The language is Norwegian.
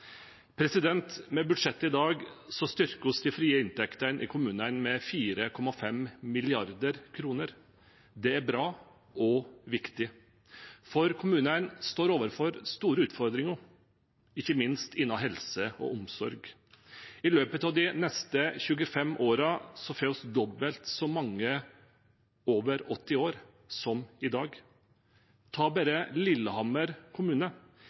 Med budsjettet i dag styrker vi de frie inntektene i kommunene med 4,5 mrd. kr. Det er bra og viktig, for kommunene står overfor store utfordringer, ikke minst innen helse og omsorg. I løpet av de neste 25 årene får vi dobbelt så mange over 80 år som i dag. Ta bare Lillehammer kommune: